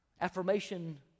affirmation